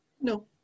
No